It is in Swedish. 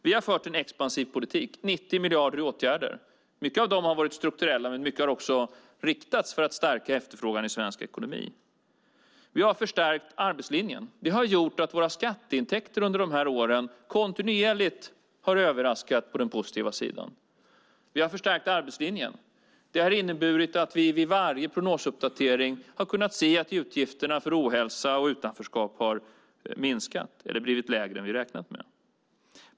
Vi har fört en expansiv politik - 90 miljarder i åtgärder. Många av dem har varit strukturella men mycket har också riktats för att stärka efterfrågan i svensk ekonomi. Vi har förstärkt arbetslinjen. Det har gjort att våra skatteintäkter under de här åren kontinuerligt har överraskat positivt. Vi har förstärkt arbetslinjen, och det har inneburit att vid varje prognosuppdatering har kunnat se att utgifterna för ohälsa och utanförskap har minskat eller blivit lägre än vi räknat med.